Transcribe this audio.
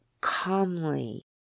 calmly